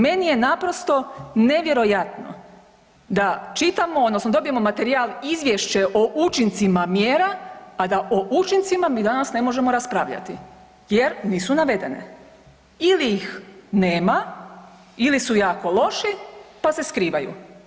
Meni je naprosto nevjerojatno da čitamo odnosno dobijemo materijal izvješće o učincima mjera, a da o učincima mi danas ne možemo raspravljati jer nisu navedene ili ih nema ili su jako loše pa se skrivaju.